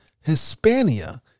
Hispania